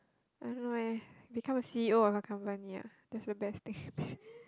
I don't know eh become the C_E_O of a company ah that's the best thing